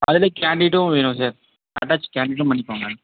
அதிலே கேண்டிடும் வேணும் சார் அட்டாச் கேண்டிடும் பண்ணிக்கோங்க